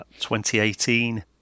2018